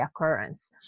occurrence